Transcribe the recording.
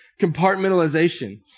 compartmentalization